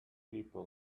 people